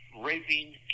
raping